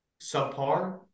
subpar